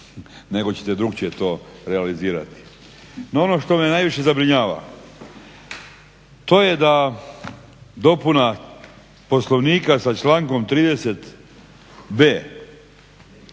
nego ćete drugačije to realizirati. No ono što me najviše zabrinjava to je dopuna Poslovnika sa člankom 30.b,